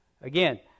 again